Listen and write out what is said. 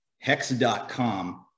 hex.com